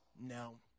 No